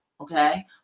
okay